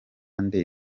nde